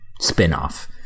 spinoff